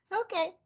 okay